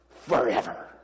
forever